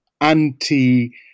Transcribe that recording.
anti